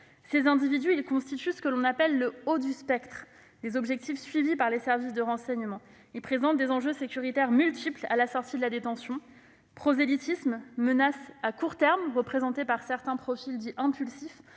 Ces individus, qui constituent le « haut du spectre » des objectifs suivis par les services de renseignement, présentent des enjeux sécuritaires multiples à la sortie de la détention : prosélytisme, menace à court terme, représentée par certains profils impulsifs,